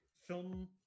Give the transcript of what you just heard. film